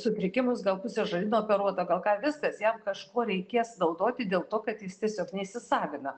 sutrikimus gal pusę žarnyno operuota gal ką viskas jam kažko reikės naudoti dėl to kad jis tiesiog neįsisavina